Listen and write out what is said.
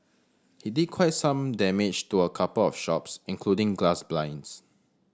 he did quite some damage to a couple of shops including glass blinds